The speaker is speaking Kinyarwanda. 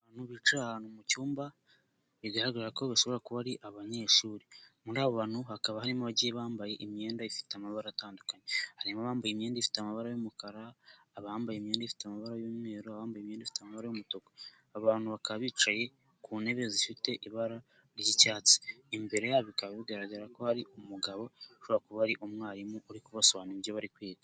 Abantu bicaye ahantu mu cyumba bigaragara ko bashobora kuba ari abanyeshuri muri abo bantu hakaba harimo abagiye bambaye imyenda ifite amabara atandukanye harimo abambaye imyenda ifite amabara y'umukara, abambaye imyenda ifite amabara y'umweru, abambaye imyenda ifite amabara y'umutuku, abantu bakaba bicaye ku ntebe zifite ibara ry'icyatsi, imbere yabo bikaba bigaragara ko hari umugabo ushobora kuba ari umwarimu uri kubasobanurira ibyo bari kwiga.